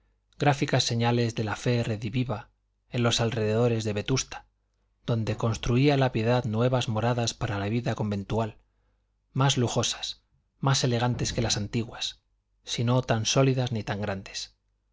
gráficas señales de la fe rediviva en los alrededores de vetusta donde construía la piedad nuevas moradas para la vida conventual más lujosas más elegantes que las antiguas si no tan sólidas ni tan grandes